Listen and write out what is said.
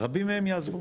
רבים מהם יעזבו.